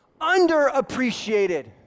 underappreciated